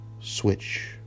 switch